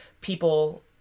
people